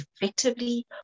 effectively